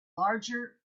larger